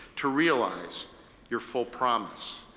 to realize your full promise.